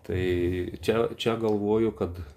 tai čia čia galvoju kad